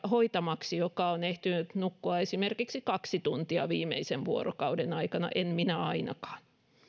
hoitamaksi joka on ehtinyt nukkua esimerkiksi kaksi tuntia viimeisen vuorokauden aikana en minä ainakaan